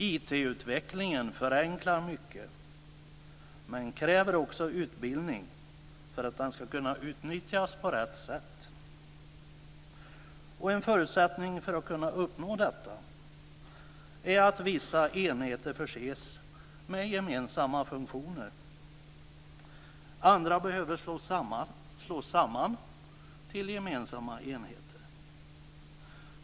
IT-utvecklingen förenklar mycket men kräver också utbildning för att den ska kunna utnyttjas på rätt sätt. En förutsättning för att uppnå detta är att vissa enheter förses med gemensamma funktioner. Andra behöver slås samman till gemensamma enheter.